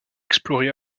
exploré